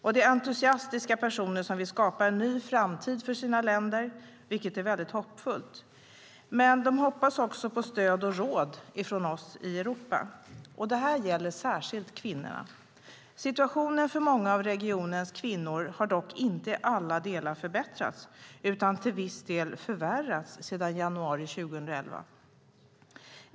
Det är entusiastiska personer som vill skapa en ny framtid för sina länder, vilket är mycket hoppfullt. Men de hoppas också på stöd och råd från oss i Europa. Det gäller särskilt kvinnorna. Situationen för många av regionens kvinnor har dock inte i alla delar förbättrats utan till viss del förvärrats sedan januari 2011.